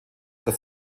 das